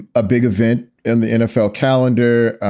a big event in the nfl calendar.